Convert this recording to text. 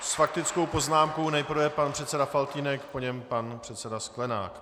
S faktickou poznámkou nejprve pan předseda Faltýnek, po něm pan předseda Sklenák.